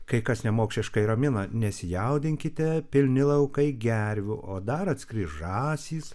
kai kas nemokšiškai ramina nesijaudinkite pilni laukai gervių o dar atskris žąsys